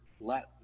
let